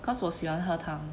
cause 我喜欢喝汤